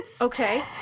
Okay